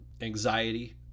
anxiety